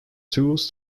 tools